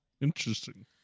Interesting